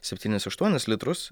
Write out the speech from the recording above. septynis aštuonis litrus